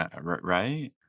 right